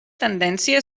tendència